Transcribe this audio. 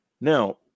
Now